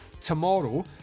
tomorrow